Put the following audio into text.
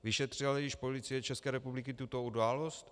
Vyšetřila již Policie České republiky tuto událost?